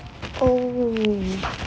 oh